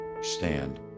stand